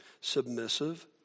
submissive